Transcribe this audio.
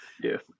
Yes